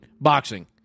boxing